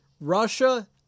Russia